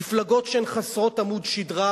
מפלגות שהן חסרות עמוד שדרה,